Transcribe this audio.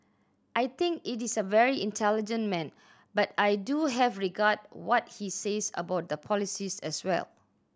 I think it is a very intelligent man but I do have regard what he says about the polices as well